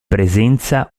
presenza